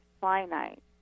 finite